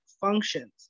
functions